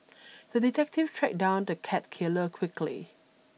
the detective tracked down the cat killer quickly